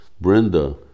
Brenda